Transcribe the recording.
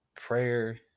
prayer